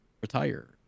retire